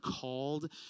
called